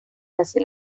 hace